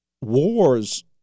wars